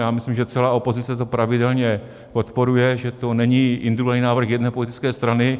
Já myslím, že celá opozice to pravidelně podporuje, že to není individuální návrh jedné politické strany.